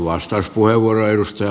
arvoisa puhemies